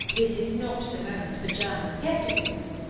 this is not the moment for german scepticism.